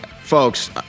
folks